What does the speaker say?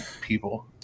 people